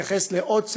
מתייחס לעוד סעיף,